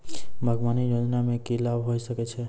बागवानी योजना मे की लाभ होय सके छै?